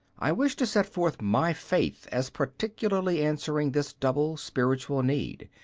i wish to set forth my faith as particularly answering this double spiritual need,